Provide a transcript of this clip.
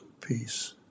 peace